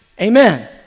Amen